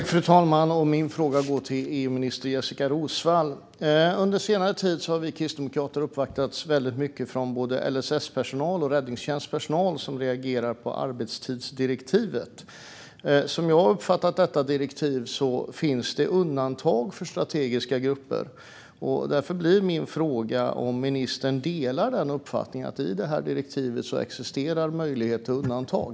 Fru talman! Min fråga går till EU-minister Jessika Roswall. Under senare tid har vi kristdemokrater uppvaktats väldigt mycket från både LSS-personal och räddningstjänstpersonal som reagerar på arbetstidsdirektivet. Som jag har uppfattat detta direktiv finns det undantag för strategiska grupper. Därför blir min fråga om ministern delar uppfattningen att det i detta direktiv existerar en möjlighet till undantag.